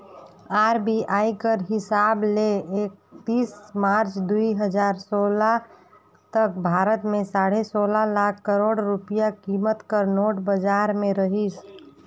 RBI कर हिसाब ले एकतीस मार्च दुई हजार सोला तक भारत में साढ़े सोला लाख करोड़ रूपिया कीमत कर नोट बजार में रहिस